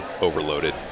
overloaded